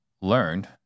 learned